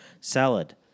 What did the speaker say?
Salad